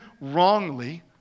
wrongly